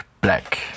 Black